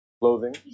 clothing